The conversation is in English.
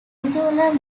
angular